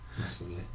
massively